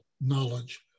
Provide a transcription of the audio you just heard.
knowledge